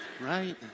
Right